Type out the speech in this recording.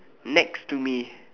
next to me